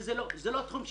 שזה לא התחום שלי,